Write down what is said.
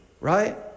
right